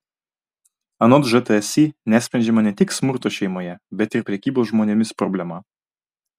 anot žtsi nesprendžiama ne tik smurto šeimoje bet ir prekybos žmonėmis problema